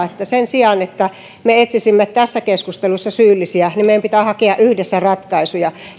että sen sijaan että me etsisimme tässä keskustelussa syyllisiä meidän pitää hakea yhdessä ratkaisuja